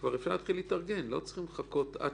כבר אפשר להתחיל להתארגן, לא צריכים לחכות עד